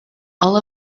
all